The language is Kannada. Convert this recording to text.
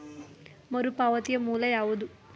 ಮರುಪಾವತಿಯ ಮೂಲ ಯಾವುದು?